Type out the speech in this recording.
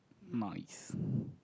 nice